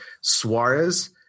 Suarez